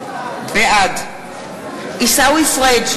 בעד עיסאווי פריג'